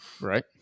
Right